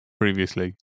previously